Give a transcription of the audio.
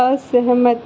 असहमत